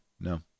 No